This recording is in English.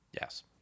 Yes